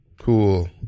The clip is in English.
Cool